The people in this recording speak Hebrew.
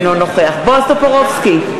אינו נוכח בועז טופורובסקי,